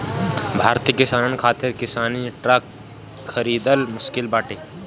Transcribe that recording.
भारतीय किसानन खातिर किसानी ट्रक खरिदल मुश्किल बाटे